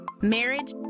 marriage